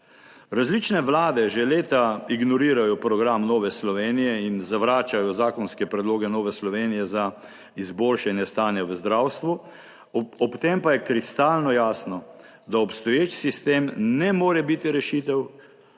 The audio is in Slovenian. Različne vlade že leta ignorirajo program Nove Slovenije in zavračajo zakonske predloge Nove Slovenije za izboljšanje stanja v zdravstvu, ob tem pa je kristalno jasno, da obstoječi sistem ne more biti rešitev,